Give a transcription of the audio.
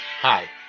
Hi